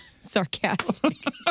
sarcastic